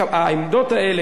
העמדות האלה,